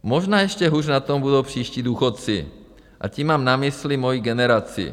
Možná ještě hůř na tom budou příští důchodci, a tím mám na mysli moji generaci.